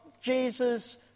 Jesus